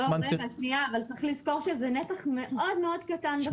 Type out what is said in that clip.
צריך לזכור שזה נתח מאוד קטן.